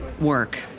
work